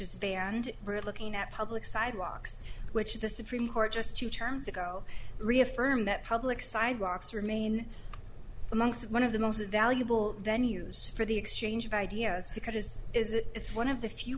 is banned brit looking at public sidewalks which the supreme court just two terms ago reaffirmed that public sidewalks remain amongst one of the most valuable then use for the exchange of ideas because it's one of the few